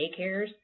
daycares